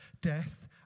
death